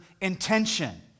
intention